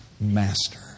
master